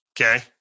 Okay